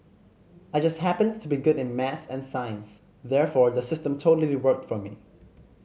I just happened to be good in maths and sciences therefore the system totally worked for me